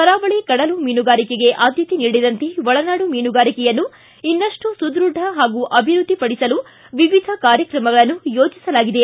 ಕರಾವಳಿ ಕಡಲು ಮೀನುಗಾರಿಕೆಗೆ ಆದ್ದತೆ ನೀಡಿದಂತೆ ಒಳನಾಡು ಮೀನುಗಾರಿಕೆಯನ್ನು ಇನ್ನಷ್ಟು ಸುದ್ಭಢ ಮತ್ತು ಅಭಿವ್ಯದ್ವಿಪಡಿಸಲು ವಿವಿಧ ಕಾರ್ಯಕ್ರಮಗಳನ್ನು ಯೋಜಿಸಲಾಗಿದೆ